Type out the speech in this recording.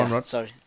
Sorry